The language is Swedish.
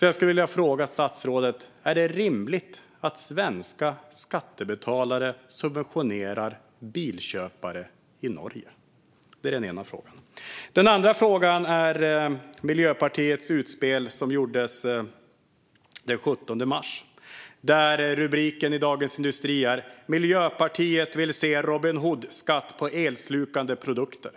Jag skulle vilja fråga statsrådet: Är det rimligt att svenska skattebetalare subventionerar bilköpare i Norge? Det var den ena frågan. Den andra frågan gäller Miljöpartiets utspel den 17 mars. Rubriken i Dagens industri är: "MP vill se 'Robin Hood-skatt' på elslukande produkter".